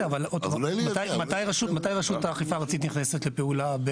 מתי רשות האכיפה הארצית נכנסת לפעולה?